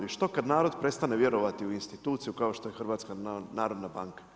I što kad narod prestane vjerovati u instituciju kao što je HNB?